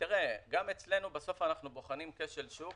גם אצלנו בסוף אנחנו בוחנים כשל שוק